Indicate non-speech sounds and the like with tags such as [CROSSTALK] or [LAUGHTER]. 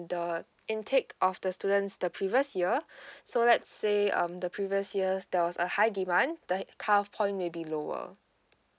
the intake of the students the previous year [BREATH] so let's say um the previous years there was a high demand the cut off point may be lower